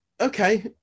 okay